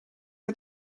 are